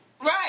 Right